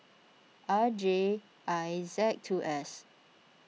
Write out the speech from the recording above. R J I Z two S